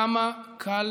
כמה קל